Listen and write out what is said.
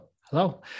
Hello